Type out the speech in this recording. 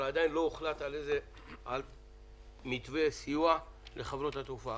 עדיין לא הוחלט על מתווה סיוע לחברות התעופה.